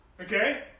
Okay